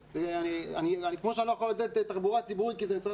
כמו שאני לא יכול לתת תחבורה ציבורית כי זה משרד